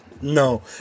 No